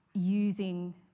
Using